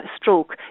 stroke